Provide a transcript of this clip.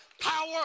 power